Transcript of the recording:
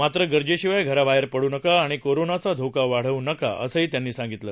मात्र गरजेशिवाय घराबाहेर पड् नका आणि कोरोनाचा धोका वाढव् नका असंही त्यांनी सांगितलं